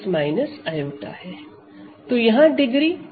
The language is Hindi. तो यहां डिग्री 2 है पर यहां डिग्री 1 है